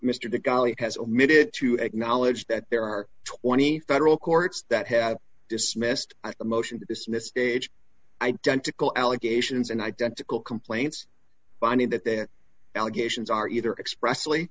mr the gali has admitted to acknowledge that there are twenty federal courts that have dismissed the motion to dismiss stage identical allegations and identical complaints finding that their allegations are either express